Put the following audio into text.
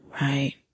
right